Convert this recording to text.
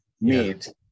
meet